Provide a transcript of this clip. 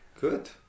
good